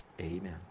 Amen